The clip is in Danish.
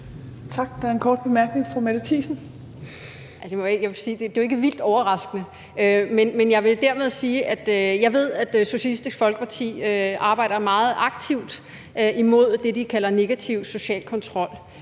Thiesen (NB): Jeg vil jo sige, at det ikke er vildt overraskende. Men jeg vil dermed sige, at jeg ved, at Socialistisk Folkeparti arbejder meget aktivt imod det, de kalder negativ social kontrol,